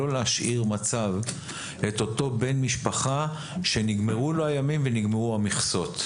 להשאיר את אותו בן משפחה שנגמרו לו הימים ונגמרו המכסות.